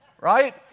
right